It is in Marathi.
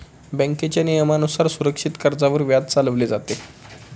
बँकेच्या नियमानुसार सुरक्षित कर्जावर व्याज चालवले जाते